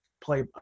play